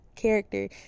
Character